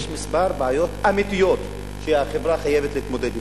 יש כמה בעיות אמיתיות שהחברה חייבת להתמודד אתן: